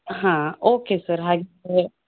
ಹಾಂ okay sir ಹಾಗಿದ್ದರೆ